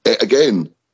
again